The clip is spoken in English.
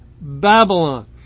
Babylon